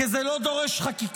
כי זה לא דורש חקיקה,